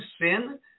sin